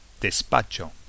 despacho